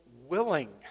willing